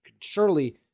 surely